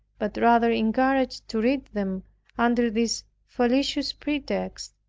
but rather encouraged to read them under this fallacious pretext,